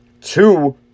Two